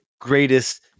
greatest